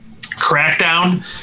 crackdown